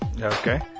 Okay